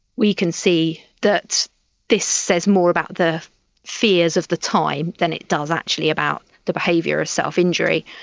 we can see that this says more about the fears of the time than it does actually about the behaviour of self-injury.